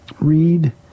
Read